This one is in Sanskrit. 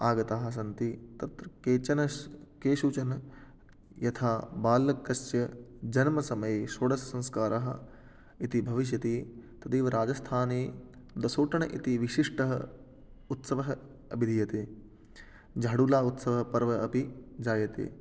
आगताः सन्ति तत्र केचन केषुचन यथा बालकस्य जन्मसमये षोडषसंस्कारः इति भविष्यति तदेव राजस्थाने दसोटन् इति विशिष्टः उत्सवः अभिधीयते झाडुला उत्सवः पर्व अपि जायते